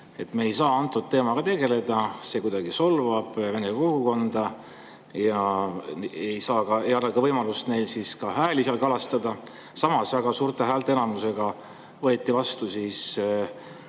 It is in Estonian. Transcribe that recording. me ei saa antud teemaga tegeleda, see kuidagi solvavat vene kogukonda ja neil ei ole ka võimalust siis seal hääli kalastada. Samas, väga suure häälteenamusega võeti vastu